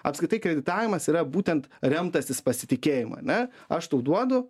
apskritai kreditavimas yra būtent remtasis pasitikėjimu ane aš tau duodu